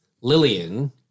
Lillian